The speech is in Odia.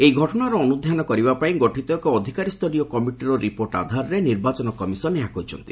ଏହି ଘଟଣାର ଅନୁଧ୍ୟାନ କରିବାପାଇଁ ଗଠିତ ଏକ ଅଧିକାରୀସ୍ତରୀୟ କମିଟିର ରିପୋର୍ଟ ଆଧାରରେ ନିର୍ବାଚନ କମିଶନ୍ ଏହା କହିଛନ୍ତି